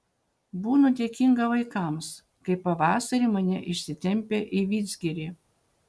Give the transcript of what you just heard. būnu dėkinga vaikams kai pavasarį mane išsitempia į vidzgirį